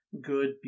good